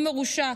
שהוא מרושע,